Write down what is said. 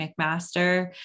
McMaster